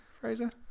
Fraser